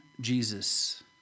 Jesus